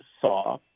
saw